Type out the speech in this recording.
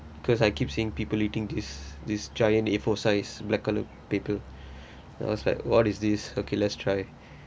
cause I keep saying people eating this this giant A four size black colored paper I was like what is this okay let's try